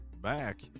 back